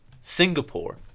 Singapore